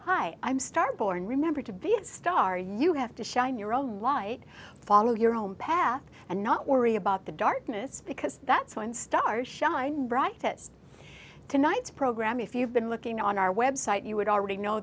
hi i'm star born remember to be a star you have to shine your own life follow your own path and not worry about the darkness because that's when stars shine brightest tonight's program if you've been looking on our website you would already know